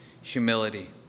humility